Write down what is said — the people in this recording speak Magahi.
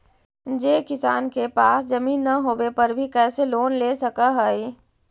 जे किसान के पास जमीन न होवे पर भी कैसे लोन ले सक हइ?